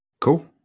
Cool